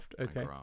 okay